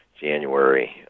January